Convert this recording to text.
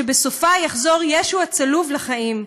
שבסופה יחזור ישו הצלוב לחיים.